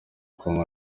kongo